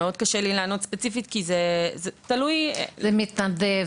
קשה לי מאוד לענות ספציפית כי זה תלוי --- זה מתנדב?